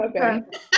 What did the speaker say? Okay